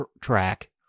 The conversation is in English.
track